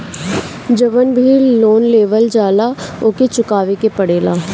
जवन भी लोन लेवल जाला उके चुकावे के पड़ेला